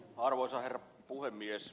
arvoisa herra puhemies